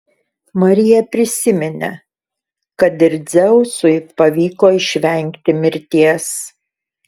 marija prisiminė kad ir dzeusui pavyko išvengti mirties